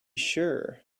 sure